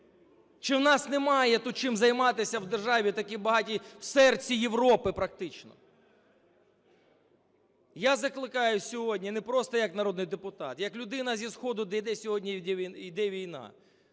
Чи у нас немає тут чим займатися в державі, в такій багатій в серці Європи практично? Я закликаю сьогодні не просто як народний депутат, як людина зі сходу, де іде сьогодні війна.